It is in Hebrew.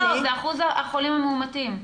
זה אחוז החולים המאומתים.